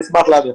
אני אשמח להעביר.